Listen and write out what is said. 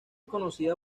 conocida